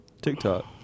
tiktok